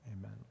Amen